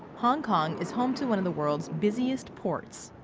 hong kong is home to one of the world's busiest ports.